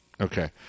Okay